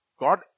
God